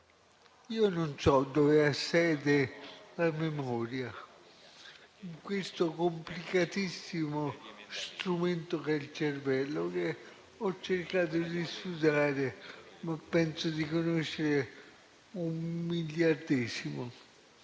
Io non so dove ha sede la memoria in questo complicatissimo strumento che è il cervello, che ho cercato di studiare, ma penso di conoscerne un miliardesimo.